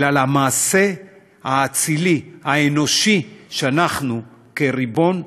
אלא על המעשה האצילי, האנושי, שאנחנו, כריבון,